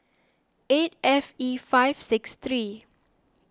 eight F E five six three